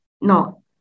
no